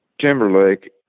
Timberlake